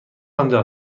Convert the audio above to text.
آنجا